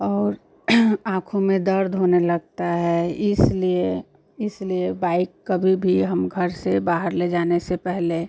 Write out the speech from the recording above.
और आँखों में दर्द होने लगता है इसलिए इसलिए बाइक़ कभी भी हम घर से बाहर ले जाने से पहले